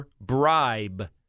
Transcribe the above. bribe